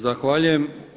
Zahvaljujem.